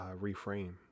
reframe